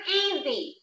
easy